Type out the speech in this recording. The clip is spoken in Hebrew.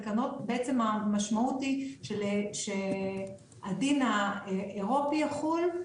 המשמעות היא שהדין האירופי יחול,